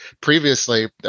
previously